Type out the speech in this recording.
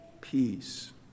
peace